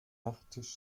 nachttisch